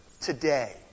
today